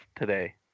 today